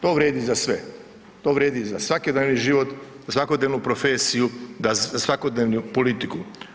To vrijedi za sve, to vrijedi za svakodnevni život, za svakodnevnu profesiju, za svakodnevnu politiku.